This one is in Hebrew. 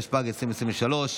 התשפ"ג 2023,